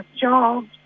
jobs